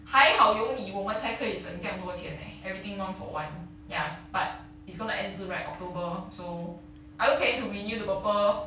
还好有你我们才可以省酱多钱 leh everything one for one ya but it's gonna end soon right october are you planning to renew the purple